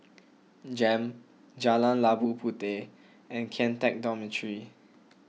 Jem Jalan Labu Puteh and Kian Teck Dormitory